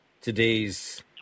today's